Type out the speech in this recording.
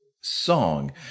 song